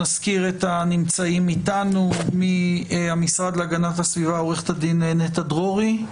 נזכיר את הנמצאים כאן: מהמשרד להגנת הסביבה עורכת הדין נטע דרורי,